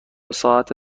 ساعت